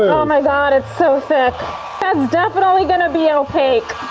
oh my god, it's so thick. that's definitely gonna be opaque.